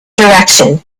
direction